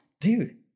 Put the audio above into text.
Dude